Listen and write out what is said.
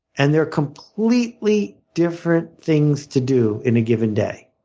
and they are completely different things to do in a given day.